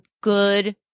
good